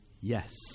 yes